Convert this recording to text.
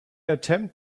attempt